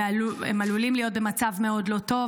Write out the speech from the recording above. הם עלולים להיות במצב מאוד לא טוב,